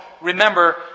remember